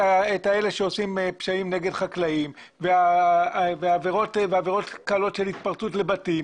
את אלה שעושים פשעים נגד חקלאים ועבירות קלות של התפרצות לבתים,